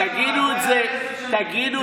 גילה גמליאל